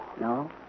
No